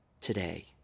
today